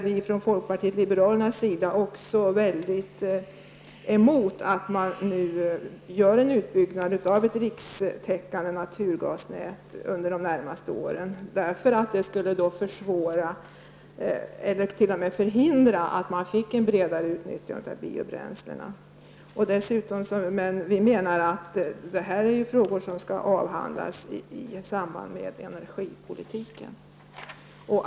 Vi i folkpartiet liberalerna är motståndare till att det sker en utbyggnad av ett rikstäckande naturgasnät under de närmaste åren. Det skulle försvåra eller t.o.m. förhindra ett bredare utnyttjande av biobränslena. Dessa frågor skall enligt vår mening avhandlas i samband med diskussionen om energipolitiken.